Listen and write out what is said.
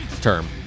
term